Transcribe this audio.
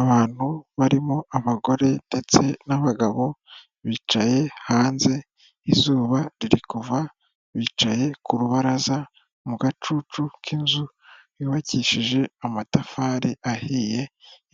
Abantu barimo abagore ndetse n'abagabo bicaye hanze izuba riri kuva, bicaye ku rubaraza mu gacucu k'inzu yubakishije amatafari ahiye,